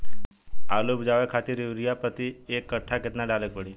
आलू उपजावे खातिर यूरिया प्रति एक कट्ठा केतना डाले के पड़ी?